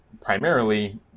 primarily